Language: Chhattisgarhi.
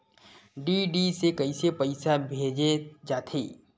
डी.डी से कइसे पईसा भेजे जाथे?